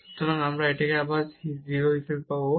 সুতরাং আমরা এটিকে আবার 0 হিসাবে পাবো